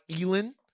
Elon